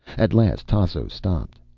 at last tasso stopped.